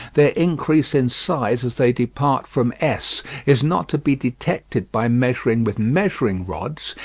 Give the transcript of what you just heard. their increase in size as they depart from s is not to be detected by measuring with measuring-rods,